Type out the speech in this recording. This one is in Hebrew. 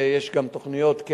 ויש גם תוכניות,